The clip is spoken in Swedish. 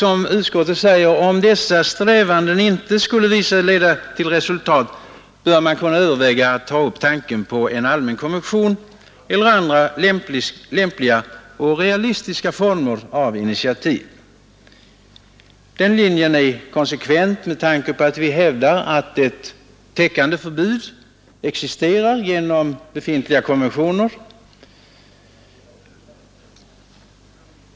Om dessa strävanden skulle visa sig inte leda till resultat bör man, som utskottet säger, ”kunna överväga att aktualisera en allmän konvention eller andra lämpliga och realistiska former av initiativ”. Den linjen är konsekvent med tanke på att vi hävdar att ett täckande förbud existerar genom befintliga konventioner och FN-dokument.